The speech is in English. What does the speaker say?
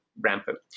rampant